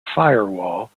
firewall